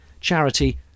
Charity